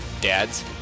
Dads